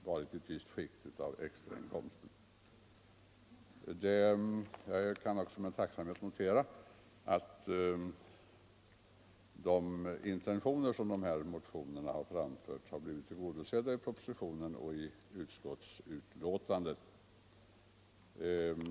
Jag kan med tacksamhet notera att de intentioner som framförts i de här motionerna har blivit tillgodosedda i propositionen och i utskottsbetänkandet.